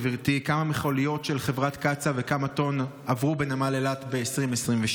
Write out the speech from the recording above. גברתי: 1. כמה מכליות של חברת קצא"א וכמה טונות עברו בנמל אילת ב-2022?